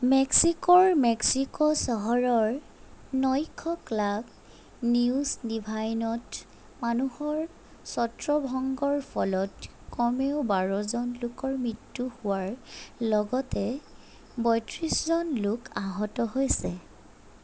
মেক্সিকোৰ মেক্সিকো চহৰৰ নৈশ ক্লাব নিউজ ডিভাইনত মানুহৰ ছত্ৰভংগৰ ফলত কমেও বাৰজন লোকৰ মৃত্যু হোৱাৰ লগতে বত্ৰিছজন লোক আহত হৈছে